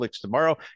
tomorrow